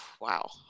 wow